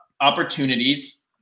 opportunities